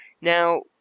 Now